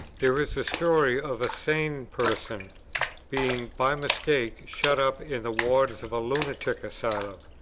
there is a story of a sane person being by mistake shut up in the wards of a lunatic asylum,